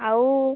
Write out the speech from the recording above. ଆଉ